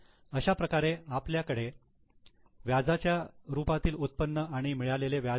अशाच प्रकारे आपल्याकडे व्याजाच्या रूपा तील उत्पन्न आणि मिळालेले व्याज आहे